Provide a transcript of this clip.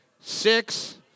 six